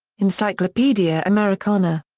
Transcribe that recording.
encyclopedia americana.